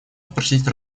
спросить